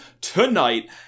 tonight